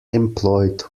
employed